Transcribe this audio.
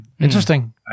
Interesting